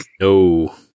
No